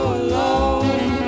alone